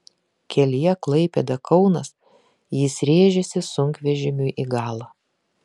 kelyje klaipėda kaunas jis rėžėsi sunkvežimiui į galą